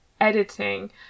editing